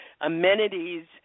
amenities